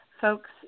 folks